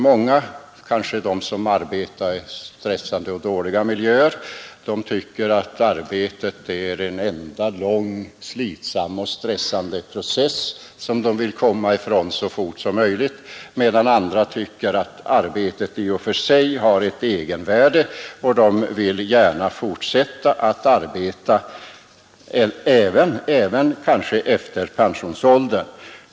Många som arbetar i stressande och dålig miljö kanske tycker att arbetet är en enda lång och slitsam process, som de vill komma ifrån så fort som möjligt, medan andra tycker att arbetet i och för sig har ett egenvärde och därför gärna vill fortsätta att arbeta även efter pensionsåldern.